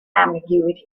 ambiguity